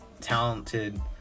talented